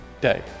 day